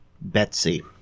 Betsy